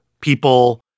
people